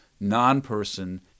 non-person